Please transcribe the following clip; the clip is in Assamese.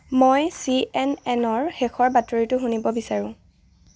মই চি এন এনৰ শেষৰ বাতৰিটো শুনিব বিচাৰোঁ